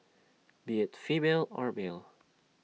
be IT female or male